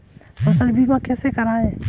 फसल बीमा कैसे कराएँ?